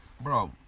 bro